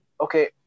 Okay